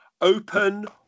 open